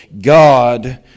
God